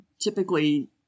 typically